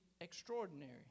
extraordinary